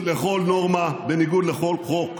קצת הגינות.